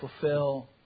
fulfill